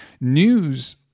news